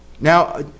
Now